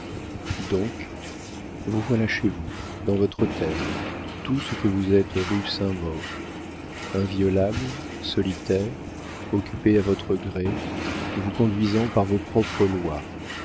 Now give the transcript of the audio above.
donc vous voilà chez vous dans votre hôtel tout ce que vous êtes rue saint-maur inviolable solitaire occupée à votre gré vous conduisant par vos propres lois